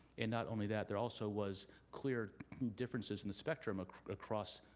and not only that there also was clear differences in the spectrum across